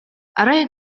арай